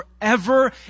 forever